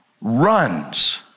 runs